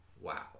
Wow